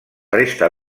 resta